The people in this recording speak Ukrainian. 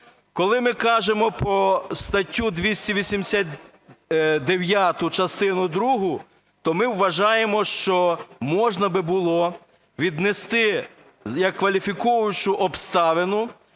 Коли ми кажемо про статтю 289 частину другу, то ми вважаємо, що можна би було віднести як кваліфікуючу обставину